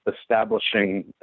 establishing